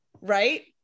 Right